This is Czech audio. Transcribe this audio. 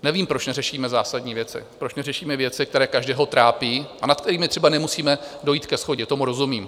Nevím, proč neřešíme zásadní věci, proč neřešíme věci, které každého trápí a nad kterými třeba nemusíme dojít ke shodě, tomu rozumím.